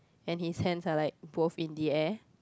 and his hands are like both in the air